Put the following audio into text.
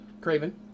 Craven